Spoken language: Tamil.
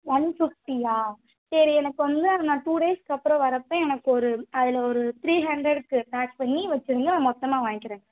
ஒன் ஃபிஃப்டியா சரி எனக்கு வந்து அந்த டூ டேஸ்கப்புறம் வரப்போ எனக்கு ஒரு அதில் ஒரு த்ரீ ஹண்ட்ரடுக்கு பேக் பண்ணி வச்சுடுங்க நான் மொத்தமா வாங்கிக்கிறேன்